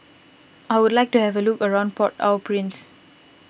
I would like to have a look around Port Au Prince